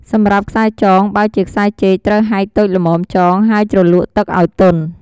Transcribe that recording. សម្រាប់ខ្សែចង បើជាខ្សែចេក ត្រូវហែកតូចល្មមចង ហើយជ្រលក់ទឹកឱ្យទន់។